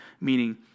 meaning